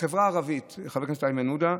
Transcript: בחברה הערבית, חבר הכנסת איימן עודה,